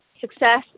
success